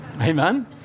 Amen